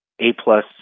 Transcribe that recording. A-plus